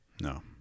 No